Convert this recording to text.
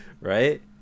right